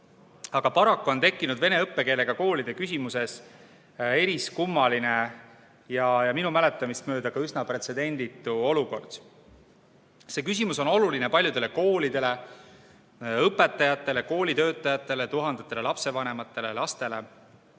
Aga paraku on tekkinud vene õppekeelega koolide küsimuses eriskummaline ja minu mäletamist mööda ka üsna pretsedenditu olukord. See küsimus on oluline paljudele koolidele, õpetajatele ja muudele koolitöötajatele, tuhandetele lapsevanematele ja lastele.